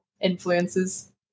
influences